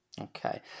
Okay